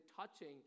touching